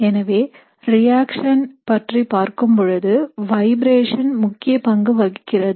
எனவே ரியாக்ஷன் பற்றி பார்க்கும் பொழுது வைப்ரேஷன் முக்கிய பங்கு வகிக்கிறது